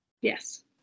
Yes